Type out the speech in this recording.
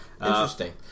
interesting